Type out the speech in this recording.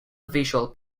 visual